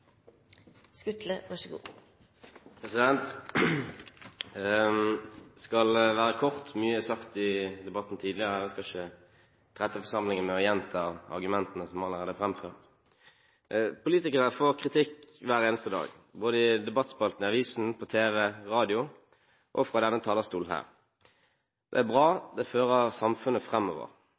skal ikke trette forsamlingen med å gjenta argumentene som allerede er framført. Politikere får kritikk hver eneste dag, både i debattspaltene i avisene, på tv, i radio og fra denne talerstolen. Det er bra – det fører samfunnet framover.